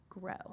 grow